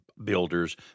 builders